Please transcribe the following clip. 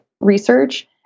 research